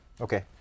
Okay